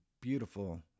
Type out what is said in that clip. beautiful